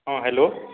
ହଁ ହ୍ୟାଲୋ